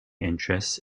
interests